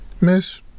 Miss